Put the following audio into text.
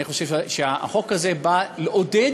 אני חושב שהחוק הזה בא לעודד